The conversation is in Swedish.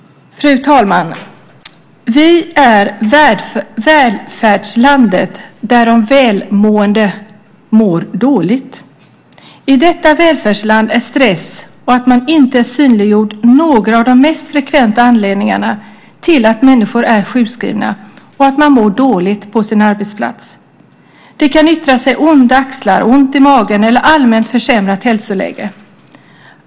Fru talman! Vi är välfärdslandet där de välmående mår dåligt. I detta välfärdsland är stress och att man inte är synliggjord några av de mest frekventa anledningarna till att människor är sjukskrivna och att man mår dåligt på sin arbetsplats. Det kan yttra sig i onda axlar, ont i magen eller allmänt försämrat hälsoläge.